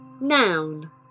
Noun